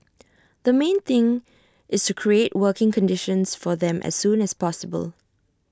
the main thing is to create working conditions for them as soon as possible